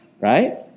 right